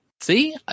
See